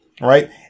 right